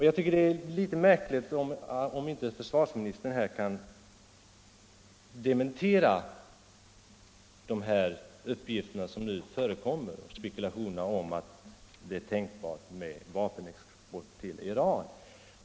Jag tycker det är litet märkligt att inte handelsministern här kan dementera de förekommande spekulationerna om att det är tänkbart med vapenexport till Iran.